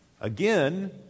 Again